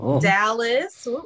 Dallas